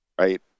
right